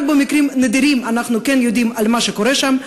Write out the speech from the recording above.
רק במקרים נדירים אנחנו כן יודעים מה קורה שם.